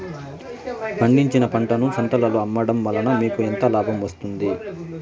పండించిన పంటను సంతలలో అమ్మడం వలన మీకు ఎంత లాభం వస్తుంది?